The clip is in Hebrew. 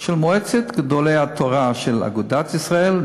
של מועצת גדולי התורה של אגודת ישראל,